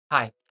Hi